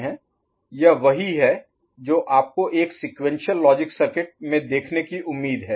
यह वही है जो आपको एक सीक्वेंशियल लॉजिक सर्किट में देखने की उम्मीद है